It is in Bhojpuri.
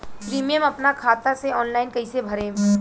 प्रीमियम अपना खाता से ऑनलाइन कईसे भरेम?